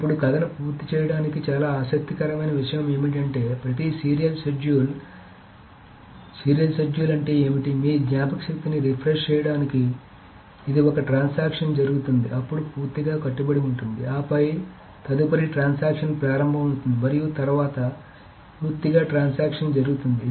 ఇప్పుడు కథను పూర్తి చేయడానికి చాలా ఆసక్తికరమైన విషయం ఏమిటంటే ప్రతి సీరియల్ షెడ్యూల్ సీరియల్ షెడ్యూల్ అంటే ఏమిటి మీ జ్ఞాపకశక్తిని రిఫ్రెష్ చేయడానికి ఇది ఒక ట్రాన్సాక్షన్ జరుగుతుంది అప్పుడు పూర్తిగా కట్టుబడి ఉంటుంది ఆపై తదుపరి ట్రాన్సాక్షన్ ప్రారంభమవుతుంది మరియు తరువాత పూర్తిగా ట్రాన్సాక్షన్ జరుగుతుంది